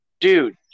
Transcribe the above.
dude